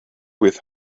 with